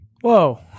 Whoa